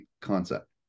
concept